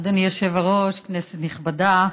אדוני היושב-ראש, כנסת נכבדה,